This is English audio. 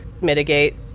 mitigate